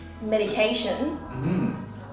medication